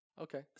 Okay